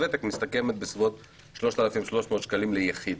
ותק מסתכמת בסביבות 3,300 שקלים ליחיד